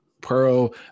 Pearl